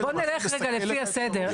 בואו נלך לפי הסדר.